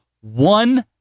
One